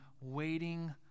waiting